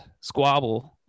squabble